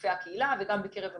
ריצופי הקהילה וגם בקרב המאושפזים,